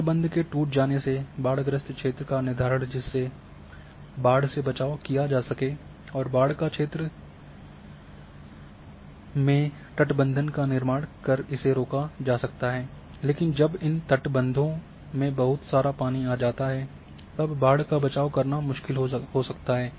तटबंध के टूट जाने से बाढ़ग्रस्त क्षेत्र का निर्धारण जिससे बढ़ से बचाव किया जा सके और बाढ़ का क्षेत्र में तटबंध का निर्माण कर इसे रोका जा सकता है लेकिन जब इन तटबंधों में बहुत सारा पानी आ जाता है तब बाढ़ का बचाव करना मुश्किल हो सकता है